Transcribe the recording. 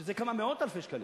שזה כמה מאות אלפי שקלים?